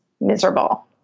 miserable